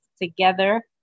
together